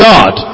God